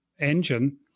engine